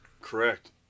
Correct